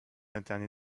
internée